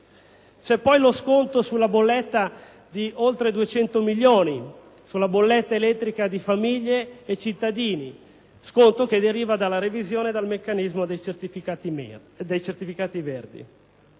C'è poi lo sconto di oltre 200 milioni di euro sulla bolletta elettrica di famiglie e cittadini, che deriva dalla revisione del meccanismo dei certificati verdi.